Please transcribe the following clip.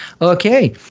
Okay